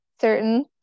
certain